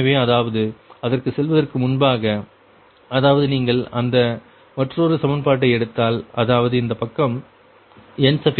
எனவே அதாவது அதற்கு செல்வதற்கு முன்பாக அதாவது நீங்கள் அந்த மற்றொரு சமன்பாட்டை எடுத்தால் அதாவது இந்த பக்கம் NtIp